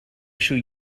shall